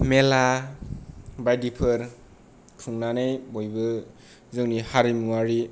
मेला बायदिफोर खुंनानै बयबो जोंनि हारिमुआरि